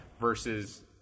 Versus